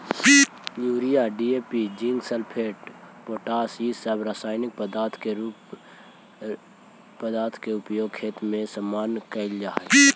urea, DAP, zinc sulphate, potash इ सब रसायनिक पदार्थ के उपयोग खेत में सामान्यतः कईल जा हई